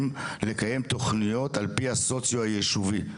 לקיים תוכניות על פי הסוציו היישובי,